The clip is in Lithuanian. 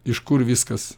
iš kur viskas